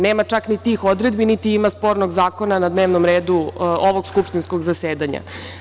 Nema čak ni tih odredbi, niti ima spornog zakona na dnevnom redu ovog skupštinskog zasedanja.